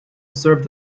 served